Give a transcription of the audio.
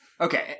okay